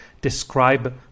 describe